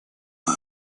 был